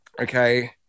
Okay